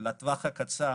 לטווח הקצר,